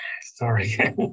sorry